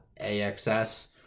axs